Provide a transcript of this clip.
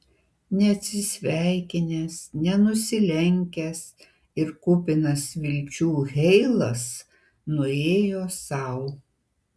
neatsisveikinęs nenusilenkęs ir kupinas vilčių heilas nuėjo sau